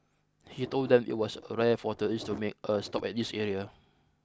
he told them it was rare for tourists to make a stop at this area